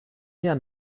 mehr